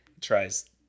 tries